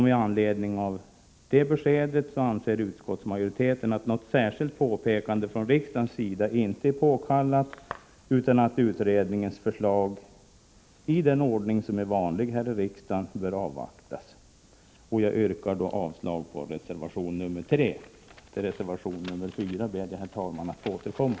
Med anledning av dessa upplysningar anser utskottsmajoriteten att något särskilt påpekande från riksdagens sida inte är påkallat, utan att utredningens förslag i den ordning som är vanlig här i riksdagen bör avvaktas. Jag yrkar avslag på reservation nr 3. Till reservation nr 4 ber jag, herr talman, att få återkomma.